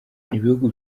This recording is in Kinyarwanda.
ibihugu